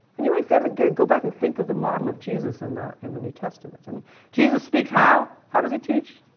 anyway and go go back and think of the model of jesus in the, in the new testament i mean jesus speaks how? how does he teach?